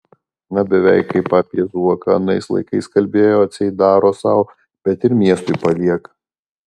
na beveik kaip apie zuoką anais laikais kalbėjo atseit daro sau bet ir miestui palieka